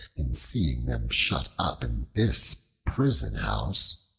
in seeing them shut up in this prison-house.